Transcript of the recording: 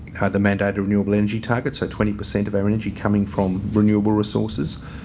are the mandated renewable energy targets are twenty percent of our energy coming from renewable resources.